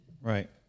Right